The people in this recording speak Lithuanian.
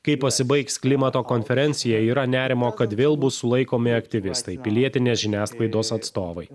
kai pasibaigs klimato konferencija yra nerimo kad vėl bus sulaikomi aktyvistai pilietinės žiniasklaidos atstovai